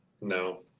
no